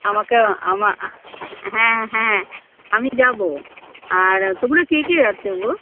আমাকে আমা হ্যাঁ হ্যাঁ আমি যাব আর তোমরা কে কে যাচ্ছ গো